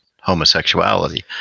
homosexuality